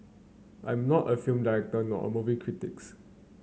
I'm not a film director nor a movie critics